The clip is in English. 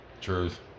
truth